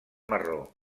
marró